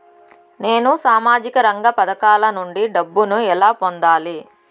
నేను సామాజిక రంగ పథకాల నుండి డబ్బుని ఎలా పొందాలి?